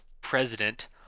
president